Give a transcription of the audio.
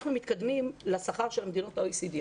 אנחנו מתקדמים לשכר של מדינות ה-OECD,